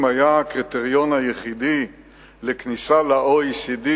היה הקריטריון היחידי לכניסה ל-OECD,